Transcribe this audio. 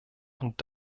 und